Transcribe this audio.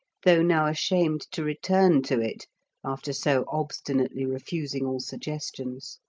though now ashamed to return to it after so obstinately refusing all suggestions.